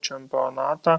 čempionatą